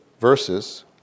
verses